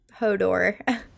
Hodor